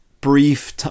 brief